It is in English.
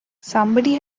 somebody